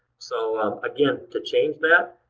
so um again, to change that,